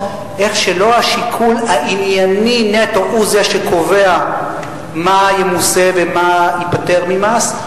איך לא השיקול הענייני נטו הוא זה שקובע מה ימוסה ומה ייפטר ממס,